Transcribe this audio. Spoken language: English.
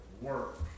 work